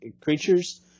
creatures